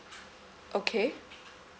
okay